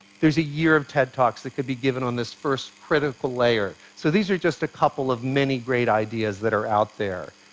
there's a year of ted talks that could be given on this first critical layer. so these are just a couple of many great ideas that are out there.